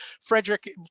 Frederick